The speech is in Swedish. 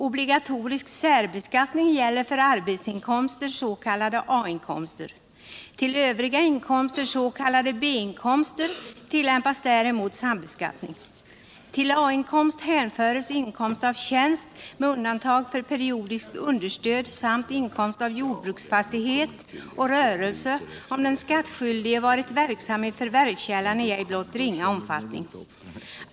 Obligatorisk särbeskattning gäller för arbetsinkomster, s.k. A-inkomster. För övriga inkomster, s.k. B-inkomster, tillämpas däremot sambeskattning. Till A inkomst hänförs inkomst av tjänst, med undantag för periodiskt understöd, samt inkomst av jordbruksfastighet och rörelse, om den skattskyldige varit verksam i förvärvskällan i ej blott ringa omfattning.